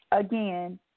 Again